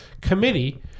committee